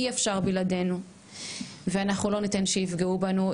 אי אפשר בלעדינו ואנחנו לא ניתן שיפגעו בנו,